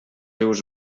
rius